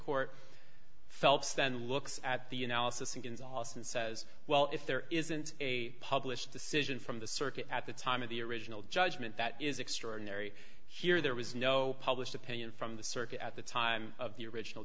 court phelps then looks at the in alice and in sauce and says well if there isn't a published decision from the circuit at the time of the original judgment that is extraordinary here there was no published opinion from the circuit at the time of the original